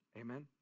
Amen